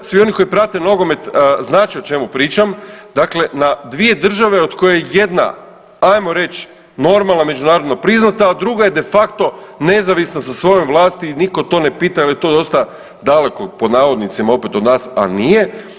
Svi oni koji prate nogomet znat će o čemu pričam, dakle na 2 države od kojih je jedna ajmo reći normalna, međunarodno priznata, a druga je de facto nezavisna sa svojom vlasti i nitko to ne pita jer je to dosta daleko pod navodnicima opet od nas, a nije.